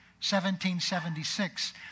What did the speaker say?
1776